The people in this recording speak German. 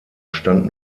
stand